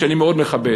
שאני מאוד מכבד,